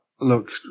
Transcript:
Look